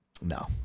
No